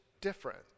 different